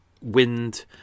wind